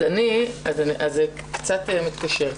זה קצת מתקשר,